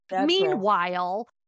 Meanwhile